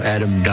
Adam